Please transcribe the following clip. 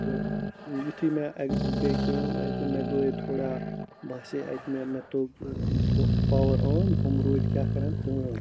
تہٕ یُتھٕے مےٚ اَکہِ گٔے کٲم اَتہِ مےٚ گٔے تھوڑا باسے اَتہِ مےٚ مےٚ توٚگ مےٚ تھوٚو پاور آن ہُم روٗدۍ کیٛاہ کَران کٲم